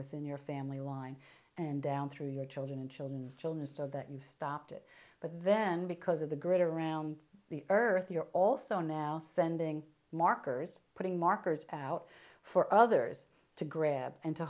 within your family line and down through your children and children's children so that you've stopped it but then because of the greater around the earth you're also now sending markers putting markers out for others to grab and to